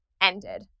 ended